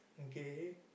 okay